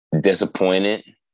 disappointed